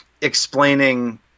explaining